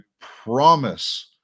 promise